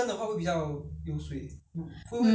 you want 那 you want the